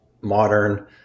modern